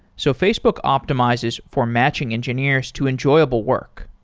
so facebook optimizes for matching engineers to enjoyable work.